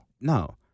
No